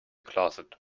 closet